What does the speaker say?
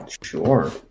Sure